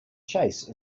chase